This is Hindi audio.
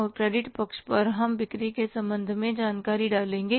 और क्रेडिट पक्ष पर हम बिक्री के संबंध में जानकारी डालेंगे